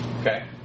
Okay